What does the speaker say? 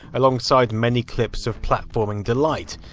alongside many clips of platforming delight.